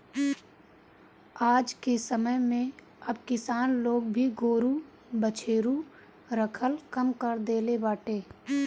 आजके समय में अब किसान लोग भी गोरु बछरू रखल कम कर देले बाटे